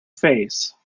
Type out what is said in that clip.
face